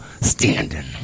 standing